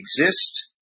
exist